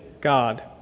God